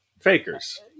fakers